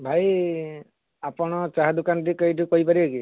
ଭାଇ ଆପଣ ଚାହା ଦୋକାନ ଟିକେ ଏଠି କେଉଁଠି କହିପାରିବେ କି